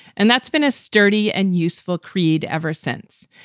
and that's been a sturdy and useful creed ever since.